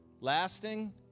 Lasting